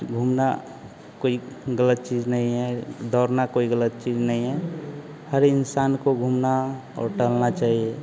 घूमना कोई गलत चीज नहीं है दौड़ना कोई गलत चीज नहीं है हर इन्सान को घूमना और टहलना चाहिए